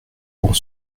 pour